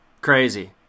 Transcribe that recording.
Crazy